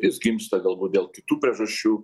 jis gimsta galbūt dėl kitų priežasčių